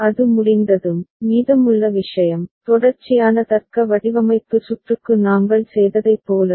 அது முடிந்ததும் மீதமுள்ள விஷயம் தொடர்ச்சியான தர்க்க வடிவமைப்பு சுற்றுக்கு நாங்கள் செய்ததைப் போலவே